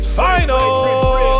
final